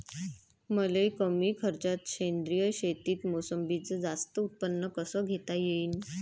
मले कमी खर्चात सेंद्रीय शेतीत मोसंबीचं जास्त उत्पन्न कस घेता येईन?